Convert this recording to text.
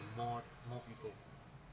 more more people